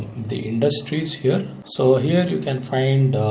the industries here. so ah here you can find